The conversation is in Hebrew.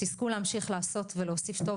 שתזכו לעשות ולהוסיף טוב,